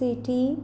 city